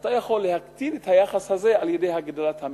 אתה יכול להקטין את היחס הזה על-ידי הגדלת המכנה.